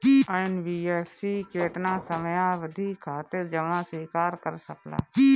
NBFC केतना समयावधि खातिर जमा स्वीकार कर सकला?